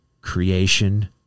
creation